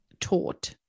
taught